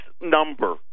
number